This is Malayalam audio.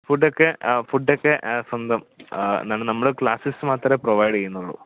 ഫുഡൊക്കെ ഫുഡൊക്കെ സ്വന്തം എന്താണ് നമ്മൾ ക്ലാസെസ്സ് മാത്രമേ പ്രൊവൈഡ് ചെയ്യുന്നുള്ളു